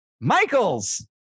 Michaels